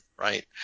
right